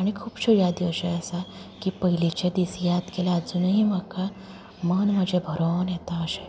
आनी खुबश्यो यादी अश्योय आसा की पयलीचे दीस याद केल्यार जाल्यार अजुनूय म्हाका मन म्हजें भरोन येता अशें